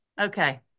okay